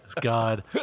God